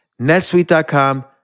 netsuite.com